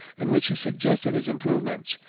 in which he suggested his improvements,